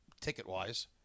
Ticket-wise